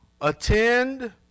attend